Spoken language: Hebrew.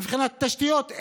מבחינת תשתיות,